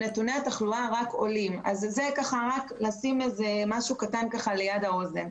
זה לשים משהו קטן ליד האוזן.